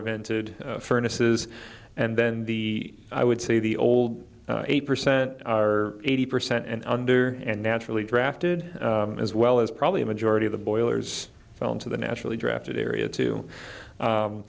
vented furnaces and then the i would say the old eight percent are eighty percent and under and naturally drafted as well as probably a majority of the boilers fell into the naturally drafted area too